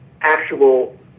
actual